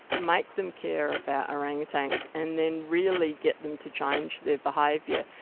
make them care about orang-utans, and then really get them to change their behaviour.